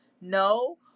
No